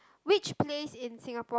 which place in Singapore